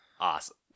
Awesome